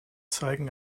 zeigen